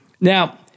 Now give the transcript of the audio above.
Now